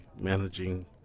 managing